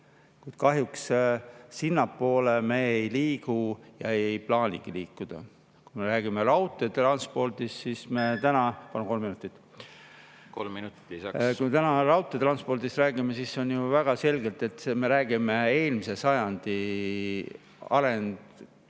Kahjuks sinnapoole me ei liigu ja ei plaanigi liikuda. Kui me räägime raudteetranspordist, siis me täna … Palun kolm minutit. Kolm minutit lisaks. Kui me täna raudteetranspordist räägime, siis on ju väga selge, et me räägime eelmise sajandi arengust